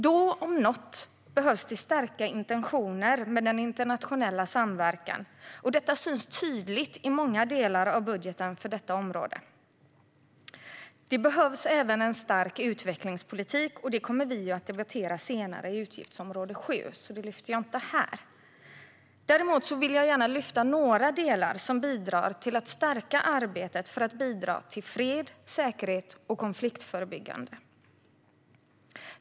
Då om någon gång behövs starka intentioner med den internationella samverkan, och detta syns tydligt i många delar av budgeten för detta område. Det behövs även en stark utvecklingspolitik. Men detta kommer vi att debattera senare i utgiftsområde 7, så det lyfter jag inte upp här. Däremot vill jag gärna lyfta fram några delar som bidrar till att stärka arbetet för fred, säkerhet och konfliktförebyggande.